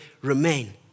remain